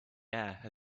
air